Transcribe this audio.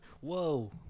Whoa